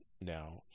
now